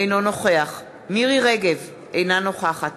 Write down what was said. אינו נוכח מירי רגב, אינה נוכחת